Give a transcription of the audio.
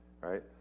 right